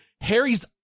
harry's